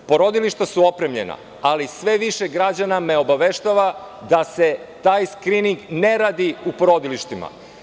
Porodilišta su opremljena ali sve više građana me obaveštava da se taj skrining ne radi u porodilištima.